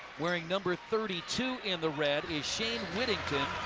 wearing number thirty two in the red, is shayne whittington,